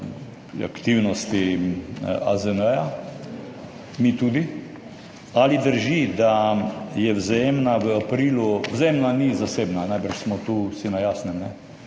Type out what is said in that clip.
aktivnosti AZN, mi tudi. Ali drži, da je Vzajemna v aprilu Vzajemna ni zasebna, najbrž smo tu si na jasnem. Ali